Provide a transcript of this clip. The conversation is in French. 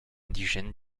indigènes